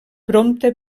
prompte